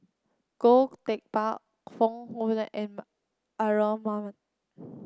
Goh Teck Phuan Foong M Aaron Maniam